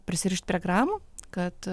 prisirišt prie gramų kad